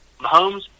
Mahomes